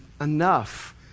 enough